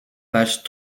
page